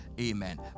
Amen